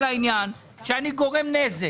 אבל המשמעות של העניין היא שאני גורם נזק